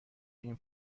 این